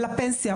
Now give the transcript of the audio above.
לפנסיה,